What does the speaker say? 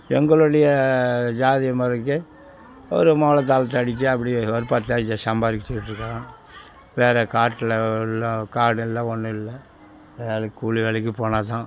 எங்களுடைய ஜாதி முறைக்கு ஒரு மேளம் தாளத்தை அடித்து அப்படியே ஒரு பத்து அஞ்சு சம்பாதிச்சிட்ருக்கோம் வேற காட்டில் உள்ள காடும் இல்லை ஒன்றும் இல்லை ஏதாவது கூலி வேலைக்கு போனால் தான்